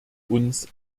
uns